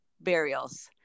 burials